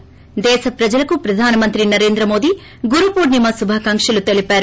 ి దేశ ప్రజలకు ప్రధానమంత్రి నరేంద్ర మోదీ గురుపూర్ణిమ శుభాకాంకలు తెలిపారు